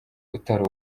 utari